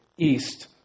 east